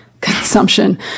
consumption